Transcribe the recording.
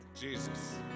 Jesus